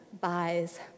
buys